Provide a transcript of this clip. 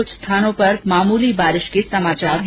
कुछ स्थानों पर मामूली बारिश के समाचार हैं